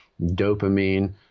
dopamine